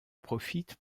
profite